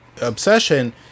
obsession